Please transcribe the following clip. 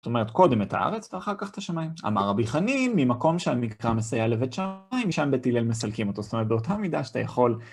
זאת אומרת, קודם את הארץ ואחר כך את השמיים. אמר רבי חנין, ממקום שהמקרא מסייע לבית שמיים, שם בית הלל מסלקים אותו, זאת אומרת, באותה מידה שאתה יכול...